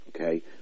okay